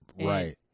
Right